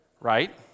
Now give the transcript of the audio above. right